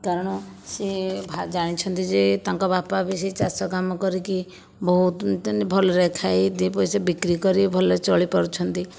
କାରଣ ସେ ଜାଣିଛନ୍ତି ଯେ ତାଙ୍କ ବାପା ବେଶି ଚାଷ କାମ କରିକି ବହୁତ ଭଲରେ ଖାଇ ଦୁଇ ପଇସା ବିକ୍ରି କରି ଭଲରେ ଚଳି ପାରୁଛନ୍ତି